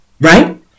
right